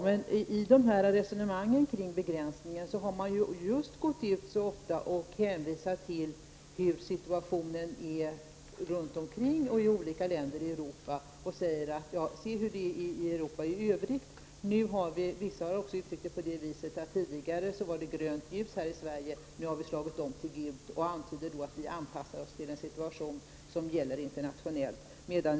Men i resonemanget kring begränsningar har man just ofta hänvisat till hurdan situationen är i olika länder i Europa. Då har man sagt: Se hur det är i Europa i övrigt. Vissa personer har också uttryckt saken på det viset att det tidigare var grönt ljus här i Sverige men nu har vi slagit om till gult, och har därmed antytt att Sverige nu har anpassat sig till den situation som gäller på det internationella planet.